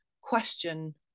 question